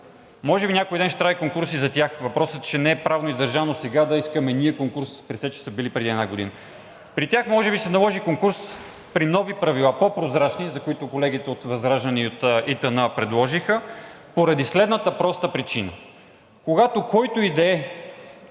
може би някой ден ще трябва и конкурс и за тях, въпросът е, че не е правно издържано сега да искаме ние конкурс, при все че са били преди една година. При тях може би ще се наложи конкурс при нови правила – по-прозрачни, за които колегите от ВЪЗРАЖДАНЕ и от ИТН предложиха, поради следната проста причина. Когато който и